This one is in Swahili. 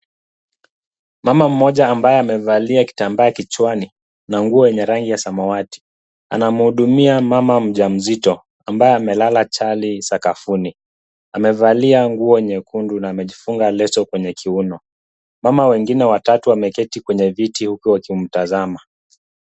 Mama mmoja ambaye amevalia kitambaa kichwani na nguo yenye rangi ya samawati anamhudumia mama mjamzito ambaye amelala chali sakafuni. Amevalia nguo nyekundu na amejifunga leso kwenye kiuno. Mama wengine watatu wameketi kwenye viti huku wakimtazama.